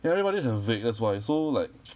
ya everybody 的很 vague that's why so like